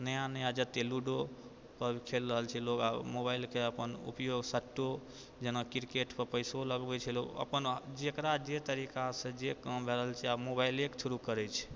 नया नया जत्ते लुडोपर खेल रहल छै लोक आओर मोबाइलके उपयोग सट्टो जेना क्रिकेटपर पैसो लगबै छै लोक अपन आओर जेकरा जे तरिकासँ जे काम भऽ रहल छै आब मोबाइले के थ्रू करै छै